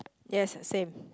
yes it same